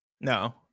No